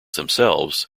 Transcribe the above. themselves